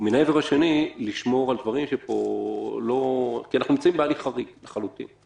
ומהעבר השני לשמור על הדברים כי אנחנו נמצאים בהליך חריג לחלוטין.